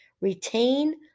Retain